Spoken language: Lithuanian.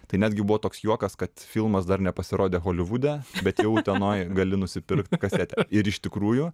tai netgi buvo toks juokas kad filmas dar nepasirodė holivude bet jau utenoj gali nusipirkt kasetę ir iš tikrųjų